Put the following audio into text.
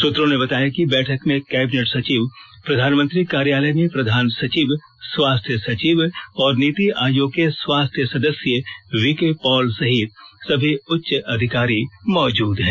सूत्रों ने बताया कि बैठक में कैबिनेट सचिव प्रधानमंत्री कार्यालय में प्रधान सचिव स्वास्थ्य सचिव और नीति आयोग के स्वास्थ्य सदस्य वीके पॉल सहित सभी उच्च अधिकारी मौजूद हैं